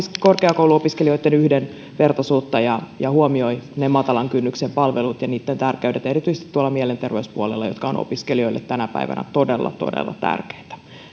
korkeakouluopiskelijoitten yhdenvertaisuutta ja ja huomioi ne matalan kynnyksen palvelut ja niitten tärkeyden erityisesti tuolla mielenterveyspuolella jossa ne ovat opiskelijoille tänä päivänä todella todella tärkeitä